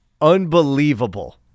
unbelievable